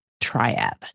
triad